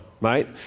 right